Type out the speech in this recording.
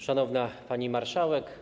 Szanowna Pani Marszałek!